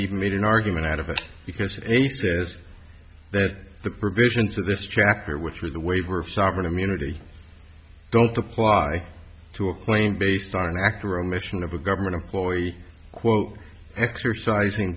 made an argument out of it because any says that the provisions of this chapter which were the waiver of sovereign immunity don't apply to a claim based on an act or omission of a government employee quote exercising